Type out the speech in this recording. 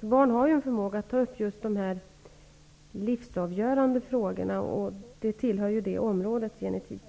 Barn har ju en förmåga att ta upp just de här livsavgörande frågorna, vilka etikfrågorna tillhör.